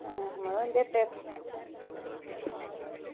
आं मड़ो इंदे पेपर